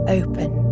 open